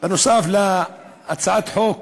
נוסף על הצעת החוק,